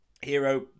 Hero